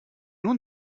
nun